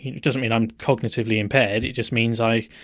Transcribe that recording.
it doesn't mean i'm cognitively impaired, it just means i